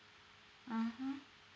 mmhmm